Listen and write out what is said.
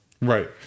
Right